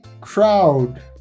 crowd